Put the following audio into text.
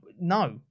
no